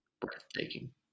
breathtaking